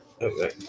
Okay